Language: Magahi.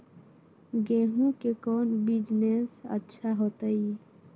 गेंहू के कौन बिजनेस अच्छा होतई?